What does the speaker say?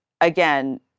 again